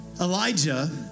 Elijah